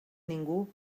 ningú